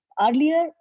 earlier